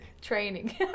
training